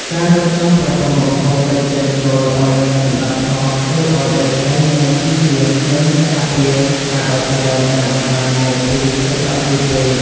ការរៀបចំប្រព័ន្ធបង្ហូរទឹកចេញចូលឱ្យមានសណ្តាប់ធ្នាប់ជួយឱ្យដីស្រែមានជីជាតិ និងការពារការដុះស្លែដែលបណ្តាលមកពីទឹកដក់យូរពេក។